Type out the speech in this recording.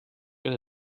get